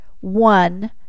one